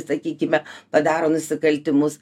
sakykime padaro nusikaltimus